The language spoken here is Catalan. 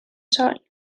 sol